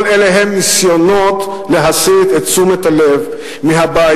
כל אלה הם ניסיונות להסיט את תשומת הלב מהבעיות